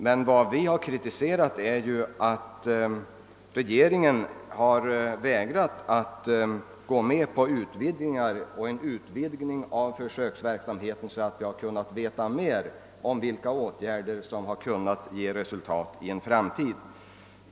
Men vad vi har kritiserat är att regeringen har vägrat att gå med på en utvidgning av försöksverksamheten, så att vi kunde få veta mer om vilka åtgärder som i framtiden kan leda till ett gott resultat.